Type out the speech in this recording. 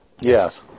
Yes